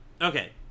Okay